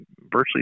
virtually